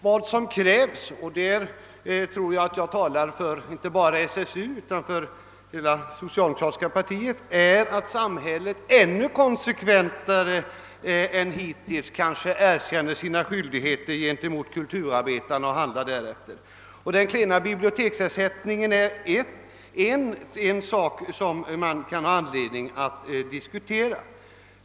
Vad som krävs — och här tror jag att jag talar för inte bara SSU utan hela det socialdemokratiska partiet — är att samhället kanske ännu mera konsekvent än hittills erkänner sina skyldigheter gentemot kulturarbetarna och handlar därefter. Den klena biblioteksersättningen är en sak som man kan ha anledning diskutera.